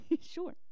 Sure